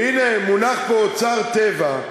והנה, מונח פה אוצר טבע,